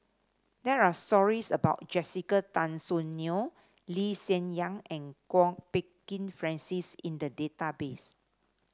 there are stories about Jessica Tan Soon Neo Lee Hsien Yang and Kwok Peng Kin Francis in the database